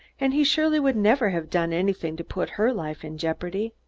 and he surely would never have done anything to put her life in jeopardy.